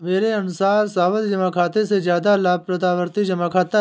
मेरे अनुसार सावधि जमा खाते से ज्यादा लाभप्रद आवर्ती जमा खाता है